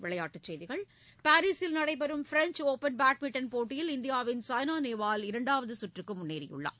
விளையாட்டுச் செய்திகள் பாரிசில் நடைபெறும் ப்ரென்ச் ஒப்பன் பேட்மிண்டன் போட்டியில் இந்தியாவின் சாய்னா நேவால் இரண்டாவது சுற்றுக்கு முன்னேறியுள்ளார்